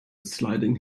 sliding